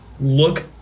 look